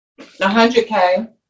100K